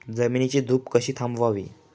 जमिनीची धूप कशी थांबवावी?